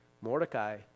Mordecai